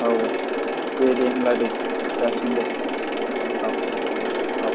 औ औ दे दे होनब्ला दे जासिगोन दे औ औ